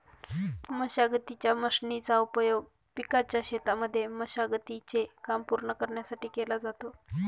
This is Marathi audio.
मशागतीच्या मशीनचा उपयोग पिकाच्या शेतांमध्ये मशागती चे काम पूर्ण करण्यासाठी केला जातो